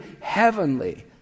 heavenly